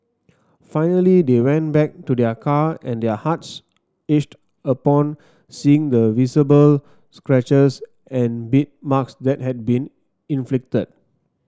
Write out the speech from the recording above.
finally they went back to their car and their hearts ached upon seeing the visible scratches and beat marks that had been inflicted